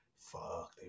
fuck